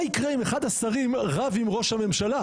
מה יקרה אם אחד השרים רב עם ראש הממשלה?